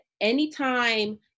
anytime